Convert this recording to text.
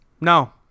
No